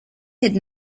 had